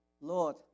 Lord